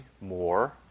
more